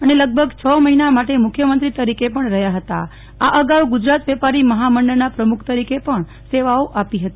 અને લગભગી છે મહિના માટે મુખ્યમંત્રી તરીકે પણ રહ્યાં હતા આ અગાઉ ગુજરાત વેપારી મહામંડળના પ્રમુખ તરીકે પણ સેવાઓ આપી હતી